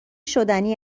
شدنی